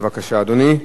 בבקשה, אדוני.